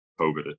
COVID